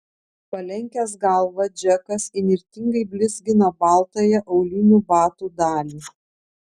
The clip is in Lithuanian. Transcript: palenkęs galvą džekas įnirtingai blizgino baltąją aulinių batų dalį